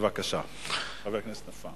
בבקשה, חבר הכנסת נפאע.